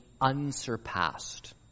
unsurpassed